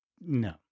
No